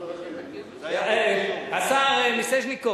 השר מיסז'ניקוב,